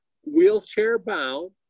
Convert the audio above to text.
wheelchair-bound